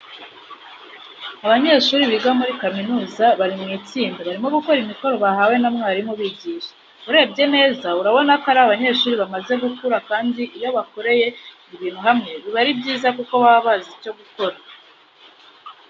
Abanyeshuri biga muri kaminuza bari mu itsinda, barimo bakora imikoro bahawe na mwarimu ubigisha. Urebye neza urabona ko ari abanyeshuri bamaze gukura kandi iyo bakoreye ibintu hamwe, biba ari byiza kuko baba bazi icyo gukora.